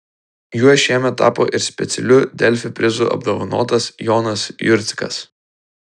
juo šiemet tapo ir specialiu delfi prizu apdovanotas jonas jurcikas